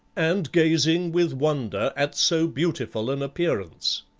and gazing with wonder at so beautiful an appearance.